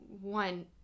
one